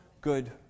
good